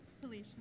Felicia